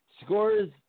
scores